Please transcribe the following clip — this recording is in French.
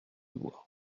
voix